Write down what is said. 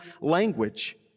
language